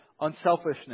unselfishness